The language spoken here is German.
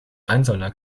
einzelner